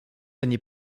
années